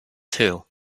too